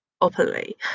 openly